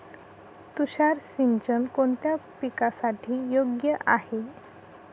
तुषार सिंचन कोणत्या पिकासाठी योग्य आहे?